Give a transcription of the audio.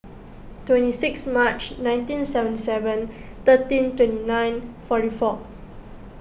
twenty six March nineteen seventy seven thirteen twenty nine forty four